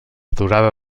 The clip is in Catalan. durada